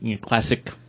classic